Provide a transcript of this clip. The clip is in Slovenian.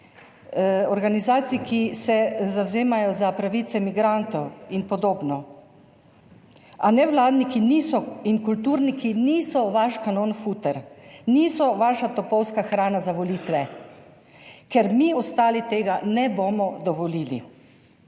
organizacij, ki se zavzemajo za pravice migrantov. Ipd. A ne vladniki niso in kulturniki niso vaš kanon futer, niso vaša topovska hrana za volitve, ker mi ostali tega ne bomo dovolili.